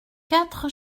quatre